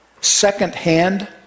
second-hand